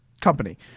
company